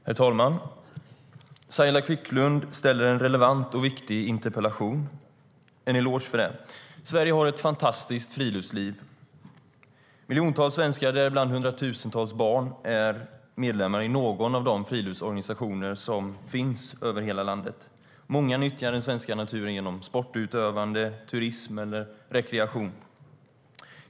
Herr talman! Saila Quicklund har ställt en relevant och viktig interpellation. Hon ska ha en eloge för det. Sverige har ett fantastiskt friluftsliv. Miljontals svenskar, däribland hundratusentals barn, är medlemmar i någon av de friluftsorganisationer som finns över hela landet. Många nyttjar den svenska naturen genom sportutövande, turism eller rekreation.